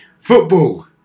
Football